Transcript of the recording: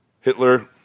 Hitler